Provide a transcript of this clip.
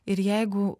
ir jeigu